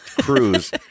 cruise